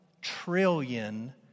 trillion